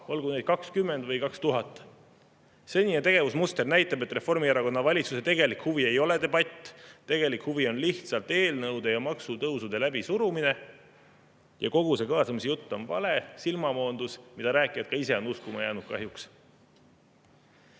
olgu neid 20 või 2000. Senine tegevusmuster näitab, et Reformierakonna valitsuse tegelik huvi ei ole debatt. Tegelik huvi on lihtsalt eelnõude ja maksutõusude läbisurumine ning kogu see kaasamise jutt on vale, silmamoondus, mida rääkijad on kahjuks ise ka uskuma jäänud.